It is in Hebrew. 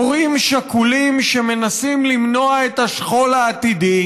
הורים שכולים שמנסים למנוע את השכול העתידי,